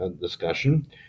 Discussion